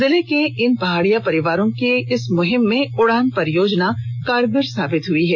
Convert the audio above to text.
जिले के इन पहाड़िया परिवारों के इस मुहिम में उड़ान परियोजना कारगर साबित हुई है